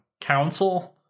council